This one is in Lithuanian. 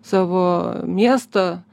savo miestą